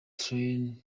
tran